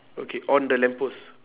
okay on the lamp post